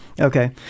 Okay